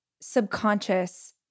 subconscious